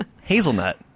Hazelnut